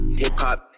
hip-hop